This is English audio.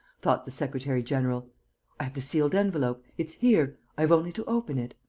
thought the secretary-general. i have the sealed envelope. it's here. i have only to open it.